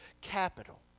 capital